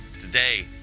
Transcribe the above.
Today